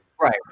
Right